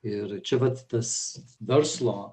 ir čia vat tas verslo